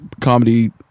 comedy